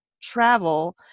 travel